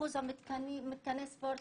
אחוז מתקני הספורט